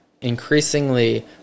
increasingly